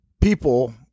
people